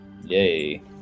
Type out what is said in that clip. Yay